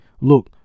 look